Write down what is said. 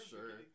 sure